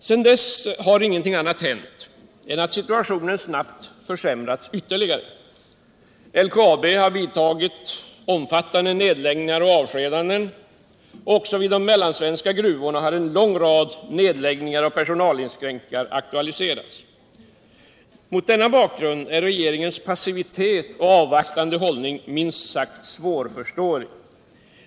Sedan dess har ingenting annat hänt än att situationen snabbt försämrats ytterligare. LKAB har vidtagit omfattande nedläggningar och avskedanden. Även vid de mellansvenska gruvorna har en lång rad nedläggningar och personalinskränkningar aktualiserats. Mot denna bakgrund är regeringens passivitet och avvaktande hållning minst sagt svårförståelig.